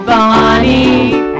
Bonnie